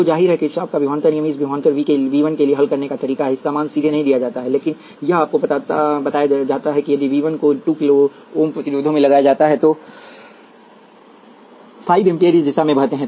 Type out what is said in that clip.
तो जाहिर है किरचॉफ का विभवांतर नियम इस विभवांतर वी 1 के लिए हल करने का तरीका है इसका मान सीधे नहीं दिया जाता है लेकिन यह आपको बताया जाता है कि यदि वी 1 को 2 किलो ओम प्रतिरोधों में लगाया जाता है तो 5 एम्पीयर इस दिशा में बहते हैं